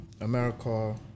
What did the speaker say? America